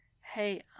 Hey